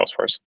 Salesforce